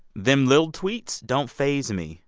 them little tweets don't faze me.